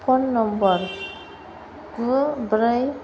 phone number गु ब्रै